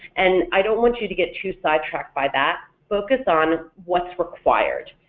and i don't want you to get too sidetracked by that, focus on what's required,